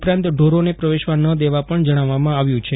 ઉપરાંત ઢોરોને પ્રવેશવા ન દેવા પણ જણાવવામાં આવ્યું છે